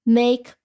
make